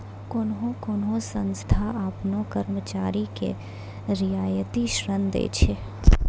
कोन्हो कोन्हो संस्था आपनो कर्मचारी के रियायती ऋण दै छै